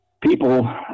people